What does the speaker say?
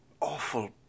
awful